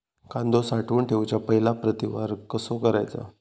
कांदो साठवून ठेवुच्या पहिला प्रतवार कसो करायचा?